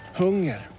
hunger